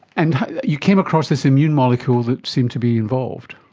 and you came across this immune molecule that seemed to be involved.